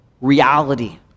reality